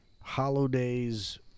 Holidays